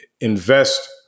invest